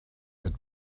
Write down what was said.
had